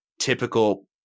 typical